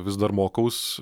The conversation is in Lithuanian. vis dar mokaus